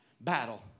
battle